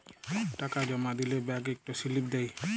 টাকা জমা দিলে ব্যাংক ইকট সিলিপ দেই